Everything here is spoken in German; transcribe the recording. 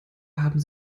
haben